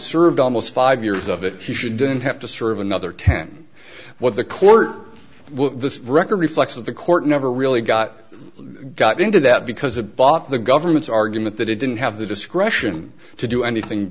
served almost five years of it he shouldn't have to serve another ten what the court the record reflects of the court never really got got into that because a bought the government's argument that it didn't have the discretion to do anything